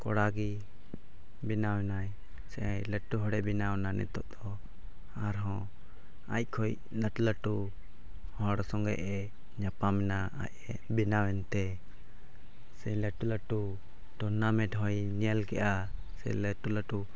ᱠᱚᱲᱟᱜᱮ ᱵᱮᱱᱟᱣ ᱮᱱᱟᱭ ᱥᱮ ᱟᱡ ᱞᱟᱹᱴᱩ ᱦᱚᱲᱮ ᱵᱮᱱᱟᱣᱱᱟ ᱱᱤᱛᱚᱜ ᱫᱚ ᱟᱨᱦᱚᱸ ᱟᱡ ᱠᱷᱚᱡ ᱞᱟᱹᱴᱩ ᱞᱟᱹᱴᱩ ᱦᱚᱲ ᱥᱚᱸᱜᱮᱜᱼᱮ ᱧᱟᱯᱟᱢ ᱮᱱᱟ ᱟᱡᱼᱮ ᱵᱮᱱᱟᱣ ᱮᱱ ᱛᱮ ᱥᱮ ᱞᱟᱹᱴᱩ ᱞᱟᱹᱴᱩ ᱴᱩᱨᱱᱟᱢᱮᱱᱴ ᱦᱚᱸᱭ ᱧᱮᱞ ᱠᱮᱜᱼᱟ ᱥᱮ ᱞᱟᱹᱴᱩ ᱞᱟᱹᱴᱩ